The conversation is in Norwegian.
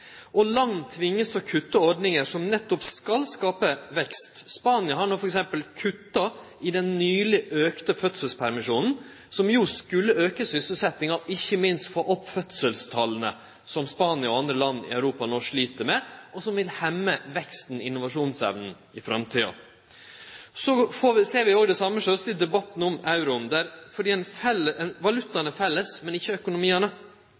og land vert tvinga til å kutte ordningar som nettopp skal skape vekst. Spania har no f.eks. kutta i den nyleg auka fødselspermisjonen, som jo skulle auke sysselsetjinga og ikkje minst få opp fødselstala, som Spania og andre land i Europa no slit med, og som vil hemme veksten og innovasjonsevna i framtida. Så ser vi òg det same i debatten om euroen. Valutaen er felles, men ikkje økonomiane, og land med så store ulikskapar i konkurranseevne, næringsstruktur, skattesystem osv. høyrer ikkje